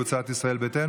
חברי הכנסת יאיר לפיד,